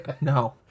No